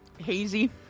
Hazy